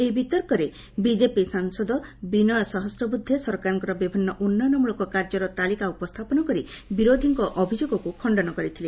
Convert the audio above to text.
ଏହି ବିତର୍କରେ ବିଜେପି ସାଂସଦ ବିନୟ ଶହସ୍ରବୂଦ୍ଧେ ସରକାରଙ୍କ ବିଭିନ୍ନ ଉନ୍ନୟନମଳକ କାର୍ଯ୍ୟର ତାଲିକା ଉପସ୍ଥାପନ କରି ବିରୋଧୀଙ୍କ ଅଭିଯୋଗକୁ ଖଣ୍ଡନ କରିଥିଲେ